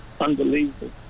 unbelievable